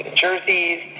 jerseys